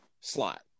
slot